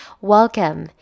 welcome